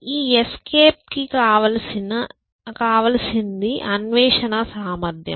ఈ ఎస్కేప్ కి కావలసింది అన్వేషణ సామర్థ్యం